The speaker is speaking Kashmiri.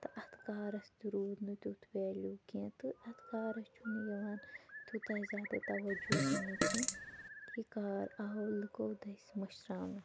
تہٕ اَتھ کارَس تہِ روٗد نہٕ تیٛتھ ویلیٛو کیٚنٛہہ تہٕ اَتھ کارَس چھُنہٕ یِوان تیٛوتاہ زیادٕ تَوجہ دِنہٕ کیٚنٛہہ یہِ کار آو لوٗکو دٔسۍ مٔشراونہٕ